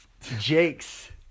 Jake's